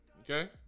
Okay